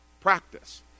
practice